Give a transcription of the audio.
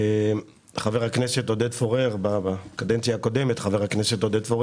חבר הכנסת עודד פורר בקדנציה הקודמת הקים